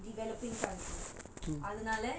developing country அதனால:athanala